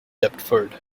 deptford